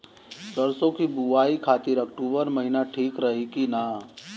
सरसों की बुवाई खाती अक्टूबर महीना ठीक रही की ना?